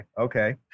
Okay